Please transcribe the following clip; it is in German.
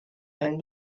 einen